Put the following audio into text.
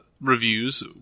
reviews